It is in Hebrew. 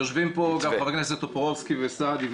יושבים פה חבר הכנסת טופורובסקי וסעדי,